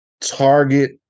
Target